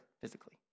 physically